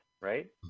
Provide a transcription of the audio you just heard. right